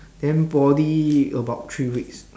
then poly about three weeks